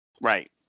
Right